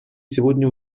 сегодня